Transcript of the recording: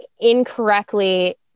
incorrectly